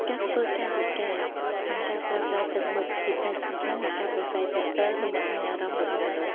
ការធ្វើកាយវិការ និងការប្រើប្រាស់ទឹកមុខ ជាផ្នែកសំខាន់នៃការប្រាស្រ័យទាក់ទង និងបង្ហាញអារម្មណ៍របស់មនុស្ស។